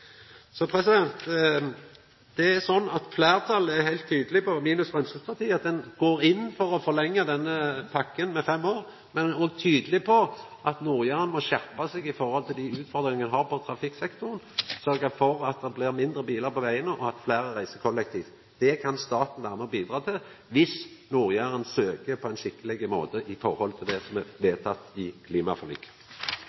er heilt tydeleg på at ein går inn for å forlengja denne pakken med fem år, men ein har vore tydeleg på at Nord-Jæren må skjerpa seg med omsyn til dei utfordringane ein har på trafikksektoren, og sørgja for at det blir færre bilar på vegane, og at fleire reiser kollektivt. Det kan staten vera med på å bidra til viss Nord-Jæren søkjer på ein skikkeleg måte i forhold til det som er